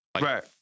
Right